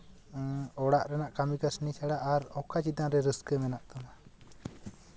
ᱦᱮᱸ ᱚᱲᱟᱜ ᱨᱮᱱᱟᱜ ᱠᱟᱹᱢᱤ ᱠᱟᱹᱥᱱᱤ ᱪᱷᱟᱲᱟ ᱟᱨ ᱚᱠᱟ ᱪᱮᱛᱟᱱ ᱨᱮ ᱨᱟᱹᱥᱠᱟᱹ ᱢᱮᱱᱟᱜ ᱛᱟᱢᱟ